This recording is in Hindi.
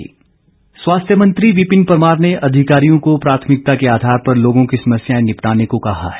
विपिन परमार स्वास्थ्य मंत्री विपिन परमार ने अधिकारियों को प्राथमिकता के आधार पर लोगों की समस्याएं निपटाने को कहा है